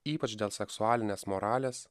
ypač dėl seksualinės moralės